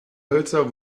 hölzer